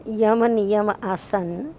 યમનયમ આસન